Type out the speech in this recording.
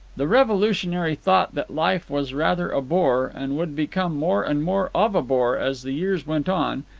the revolutionary thought that life was rather a bore, and would become more and more of a bore as the years went on,